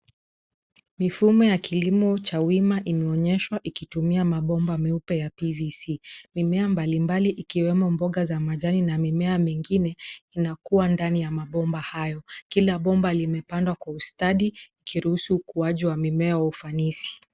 Mifumo wa kilimo cha wima imeonyeshwa ikitumia mabomba, meupe ya PVC. Mimea mbalimbali, ikiwemo mboga za majani na mimea mingine, inakua ndani ya mabomba hayo. Kila bomba limepandwa kwa ustadi, likiruhusu ukuaji ya mimea wa ufanisi